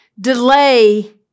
delay